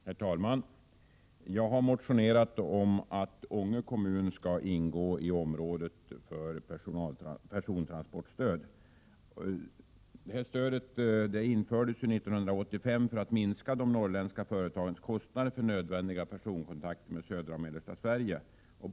Herr talman! Jag har motionerat om att Ånge kommun skall ingå i det 17 mars 1988 område som får persontransportstöd. Detta stöd infördes 1985 för att minska de norrländska företagens kostnader för nödvändiga personkontakter med södra och mellersta Sverige.